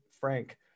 frank